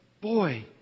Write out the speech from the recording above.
boy